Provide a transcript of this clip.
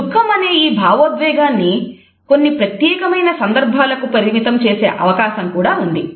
దుఃఖం అనే ఈ భావోద్వేగాన్ని కొన్ని ప్రత్యేకమైన సందర్భాలకు పరిమితం చేసే అవకాశం కూడా ఉంది